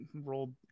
rolled